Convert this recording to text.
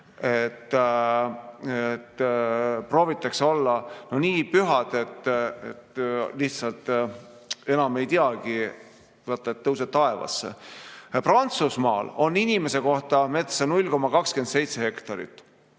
et proovitakse olla nii püha, et lihtsalt enam ei teagi, vaat et tõuse taevasse. Prantsusmaal on inimese kohta metsa 0,27 hektarit,